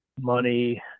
money